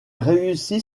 réussit